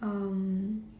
um